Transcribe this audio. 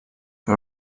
per